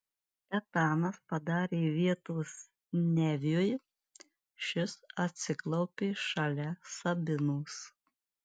etanas padarė vietos neviui šis atsiklaupė šalia sabinos